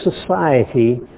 society